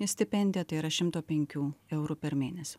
stipendiją tai yra šimto penkių eurų per mėnesį